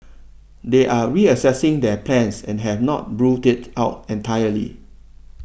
they are reassessing their plans and have not ruled it out entirely